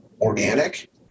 organic